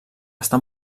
està